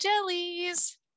jellies